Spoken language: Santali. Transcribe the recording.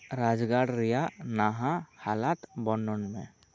ᱨᱟᱡᱜᱟᱲ ᱨᱮᱭᱟᱜ ᱱᱟᱦᱟᱜ ᱦᱟᱞᱚᱛ ᱵᱚᱨᱱᱚᱱ ᱢᱮ